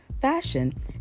fashion